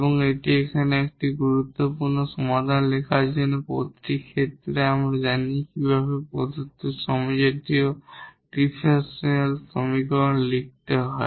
এবং এটি এখানে একটি গুরুত্বপূর্ণ সমাধান লেখার জন্য প্রতিটি ক্ষেত্রে আমরা জানি কিভাবে প্রদত্ত হোমোজিনিয়াস ডিফারেনশিয়াল সমীকরণের সমাধান লিখতে হয়